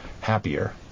happier